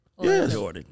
yes